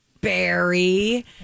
Barry